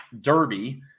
derby